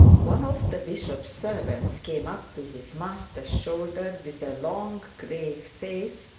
one of the bishop's servants came up to his master's shoulder with a long, grave face,